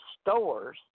stores